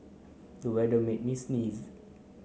the weather made me sneeze